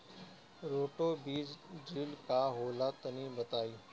Roto बीज drill का होला तनि बताई?